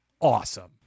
Awesome